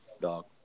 dog